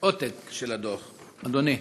עותק של הדוח, אדוני?